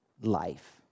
life